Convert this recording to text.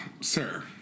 sir